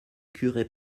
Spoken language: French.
curé